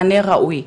מענה ראוי.